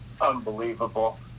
unbelievable